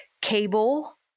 cable